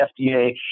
FDA